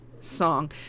song